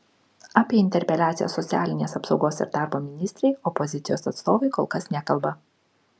apie interpeliaciją socialinės apsaugos ir darbo ministrei opozicijos atstovai kol kas nekalba